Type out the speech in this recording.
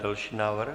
Další návrh.